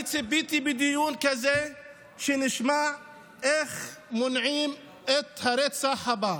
אני ציפיתי שבדיון כזה נשמע איך מונעים את הרצח הבא,